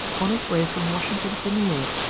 on his way from washington to new york,